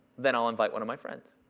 then i'll invite one of my friends.